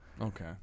Okay